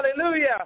hallelujah